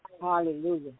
Hallelujah